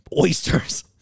oysters